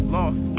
Lost